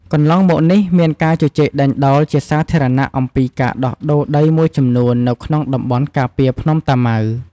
កន្លងមកនេះមានការជជែកដេញដោលជាសាធារណៈអំពីការដោះដូរដីមួយចំនួននៅក្នុងតំបន់ការពារភ្នំតាម៉ៅ។